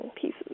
pieces